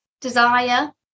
desire